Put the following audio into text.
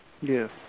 Yes